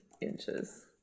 inches